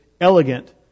elegant